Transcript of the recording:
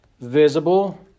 visible